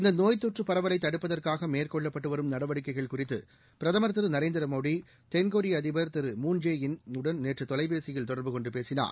இந்தநோய் தொற்றுபரவலைதடுப்பதற்காகமேற்கொள்ளப்பட்டுவரும் நடவடிக்கைகள் குறித்துபிரதம் திருநரேந்திரமோடி தென்கொரியஅதிபர் திரு மூன் ஜே இன் வுடன் நேற்றுதொலைபேசியில் தொடர்பு கொண்டுபேசினார்